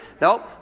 Nope